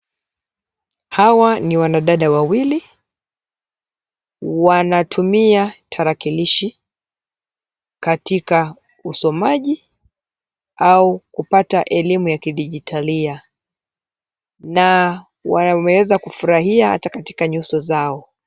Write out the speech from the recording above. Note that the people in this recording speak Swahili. Hawa ni wanadada wawili, wanatumia tarakilishi katika usomaji, au kupata elimu ya kidijitaliya. Na wameweza kufurahia, hata katika nyuso zao.